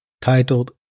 titled